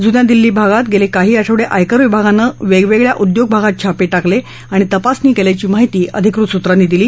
जुन्या दिल्ली भागात गेले काही आठवडे आयकर विभागानं वेगवेगळ्या उद्योग भागात छापे टाकले आणि तपासणी केल्यची माहिती अधिकृत सूत्रांनी दिली